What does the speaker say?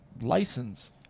license